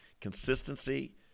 Consistency